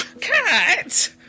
Cat